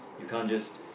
you can't just